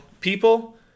people